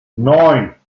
neun